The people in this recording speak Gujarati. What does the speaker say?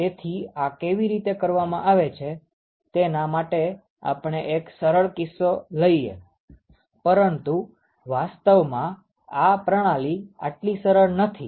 તેથી આ કેવી રીતે કરવામાં આવે છે તેના માટે આપણે એક સરળ કિસ્સો લઈએ પરંતુ વાસ્તવમાં આ પ્રણાલી આટલી સરળ નથી